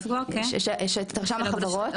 יש את רשם החברות.